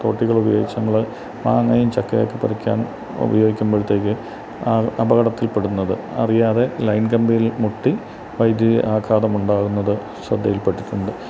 തോട്ടികൾ ഉപയോഗിച്ചും നമ്മള് മാങ്ങയും ചക്കയും ഒക്കെ പറിക്കാൻ ഉപയോഗിക്കുമ്പോഴത്തേക്ക് അപകടത്തിൽപ്പെടുന്നത് അറിയാതെ ലൈൻ കമ്പികളിൽ മുട്ടി വൈദ്യുതി ആഘാതം ഉണ്ടാകുന്നത് ശ്രദ്ധയിൽപ്പെട്ടിട്ടുണ്ട്